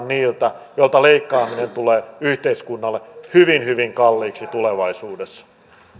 niiltä joilta leikkaaminen tulee yhteiskunnalle hyvin hyvin kalliiksi tulevaisuudessa